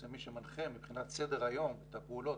מי שמנחה מבחינת סדר היום את הפעולות,